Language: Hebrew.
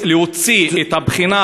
ביקש מהחייל לעזוב את המקום,